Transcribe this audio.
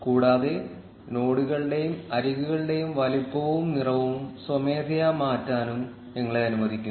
കൂടാതെ നോഡുകളുടെയും അരികുകളുടെയും വലുപ്പവും നിറവും സ്വമേധയാ മാറ്റാനും നിങ്ങളെ അനുവദിക്കുന്നു